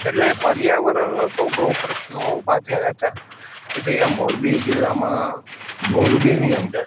એટલે પર્યાવરણના તો બહુ પ્રશ્ન ઊભા થયા હતા કે ભાઈ આ મોરબી જીલ્લામાં મોરબીની અંદર